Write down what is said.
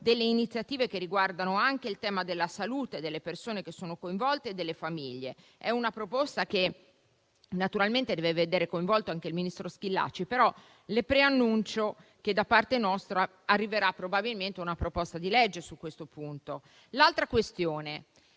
delle iniziative che riguardino anche il tema della salute delle persone e delle famiglie coinvolte. È una proposta che naturalmente deve vedere coinvolto anche il ministro Schillaci e le preannuncio che da parte nostra arriverà probabilmente una proposta di legge su questo punto. Passo all'altra questione.